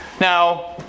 now